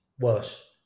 worse